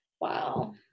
Wow